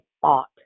thought